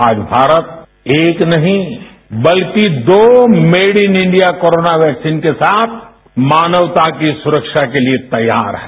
आज भारत एक नहीं बल्कि दो made in India corona vaccine के साथ मानवता की सुरक्षा के लिए तैयार है